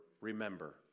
Remember